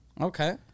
Okay